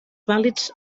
vàlids